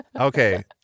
Okay